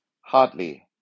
Hardly